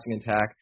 attack